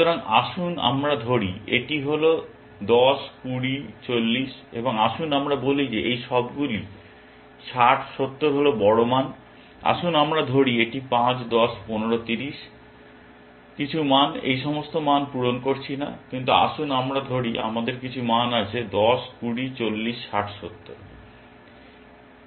সুতরাং আসুন আমরা ধরি এটি হল 10 20 40 এবং আসুন আমরা বলি যে এই সবগুলি 60 70 হল বড় মান। আসুন আমরা ধরি এটি 5 10 15 30। কিছু মান আমি সমস্ত মান পূরণ করছি না কিন্তু আসুন আমরা ধরি আমাদের কিছু মান আছে 10 20 40 60 70